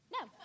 No